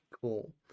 Cool